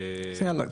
אז יאללה,